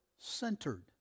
Centered